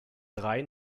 drei